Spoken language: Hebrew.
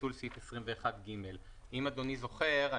ביטול סעיף 21ג. אם אדוני זוכר,